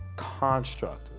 construct